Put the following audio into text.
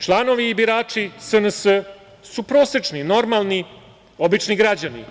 Članovi i birači SNS su prosečni, normalni, obični građani.